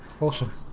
awesome